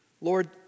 Lord